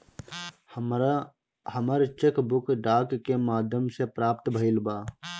हमरा हमर cheque book डाक के माध्यम से प्राप्त भईल बा